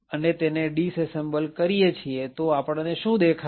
અને તેને ડિસેસેમ્બલ કરીએ છીએ તો આપણને શું દેખાય